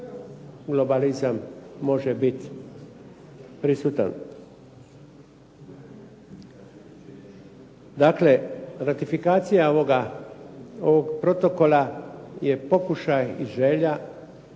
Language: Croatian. globalizam može biti prisutan. Dakle, ratifikacija ovog protokola je pokušaj i želja